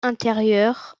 intérieure